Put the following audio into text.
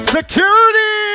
Security